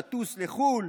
לטוס לחו"ל,